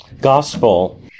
Gospel